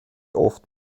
oft